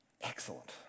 excellent